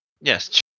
Yes